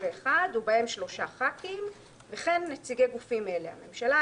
51 ובהם 3 חברי כנסת וכן נציגי גופים אלה: הממשלה,